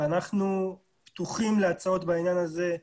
ואנחנו פתוחים להצעות בעניין הזה,